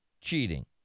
cheating